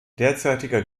derzeitiger